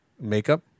Makeup